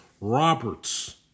Roberts